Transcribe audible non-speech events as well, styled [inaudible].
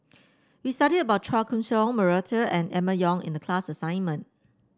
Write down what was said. we studied about Chua Koon Siong Murray [unintelligible] and Emma Yong in the class assignment